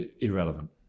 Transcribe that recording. irrelevant